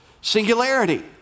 singularity